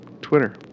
twitter